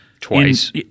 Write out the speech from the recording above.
Twice